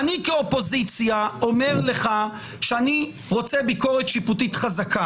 אני כאופוזיציה אומר לך שאני רוצה ביקורת שיפוטית חזקה